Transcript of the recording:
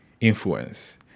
influence